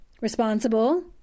responsible